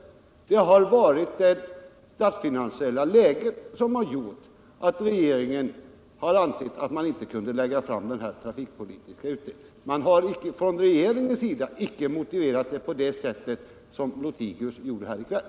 Det har varit det statsfinansiella läget som har gjort att regeringen ansett sig inte kunna lägga fram förslagen från trafikpolitiska utredningen, men man har från regeringens sida icke motiverat det på det sätt som herr Lothigius gjorde här i kväll.